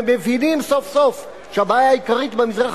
ומבינים סוף-סוף שהבעיה העיקרית במזרח